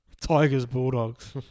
Tigers-Bulldogs